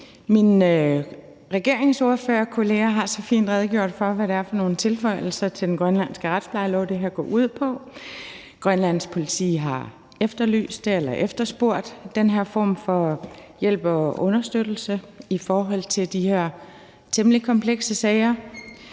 Mine regeringsordførerkolleger har så fint redegjort for, hvad det er for nogle tilføjelser til den grønlandske retsplejelov, det her går ud på. Grønlands Politi har efterlyst eller efterspurgt den her form for hjælp og understøttelse i forhold til de her temmelig komplekse sager,